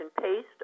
paste